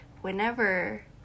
whenever